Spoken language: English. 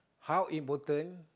how important